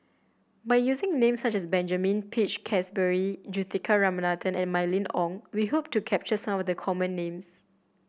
by using names such as Benjamin Peach Keasberry Juthika Ramanathan and Mylene Ong we hope to capture some of the common names